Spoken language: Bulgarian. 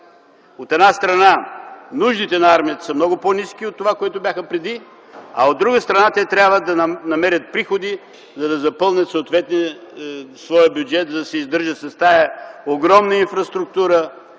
От една страна, нуждите на армията са много по-ниски от това, което бяха преди. А от друга страна, те трябва да намерят приходи, за да запълнят своя бюджет, да се издържат с тази огромна структура,